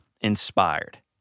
inspired